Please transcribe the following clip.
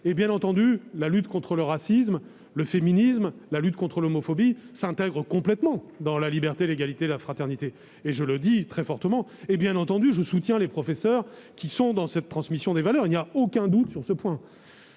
Bien entendu, la lutte contre le racisme, le féminisme, la lutte contre l'homophobie s'intègrent complètement dans « Liberté, Égalité, Fraternité », je le dis très fortement. Je soutiens les professeurs qui opèrent cette transmission des valeurs, il n'y a aucun doute sur ce point.